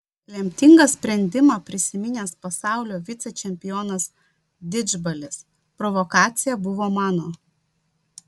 lemtingą sprendimą prisiminęs pasaulio vicečempionas didžbalis provokacija buvo mano